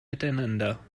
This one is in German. miteinander